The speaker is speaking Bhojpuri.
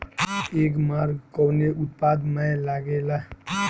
एगमार्क कवने उत्पाद मैं लगेला?